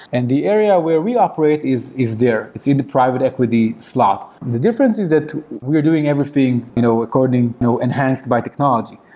and the area where we operate is is there, it's in the private equity slot. the difference is that we're doing everything you know according you know enhanced by technology.